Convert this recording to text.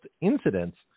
incidents